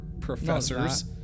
professors